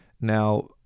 Now